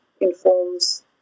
informs